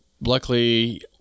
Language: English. luckily